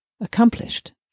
accomplished